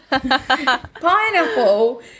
Pineapple